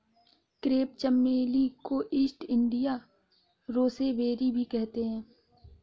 crepe चमेली को East India roseberry भी कहते हैं